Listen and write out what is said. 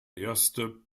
erste